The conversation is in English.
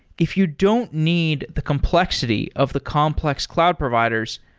if you don't need the complexity of the complex cloud providers,